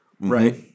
right